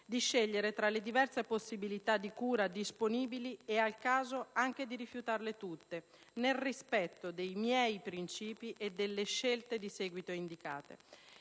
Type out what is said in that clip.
di scegliere tra le diverse possibilità di cura disponibili e al caso anche di rifiutarle tutte, nel rispetto dei miei princìpi e delle scelte di seguito indicate.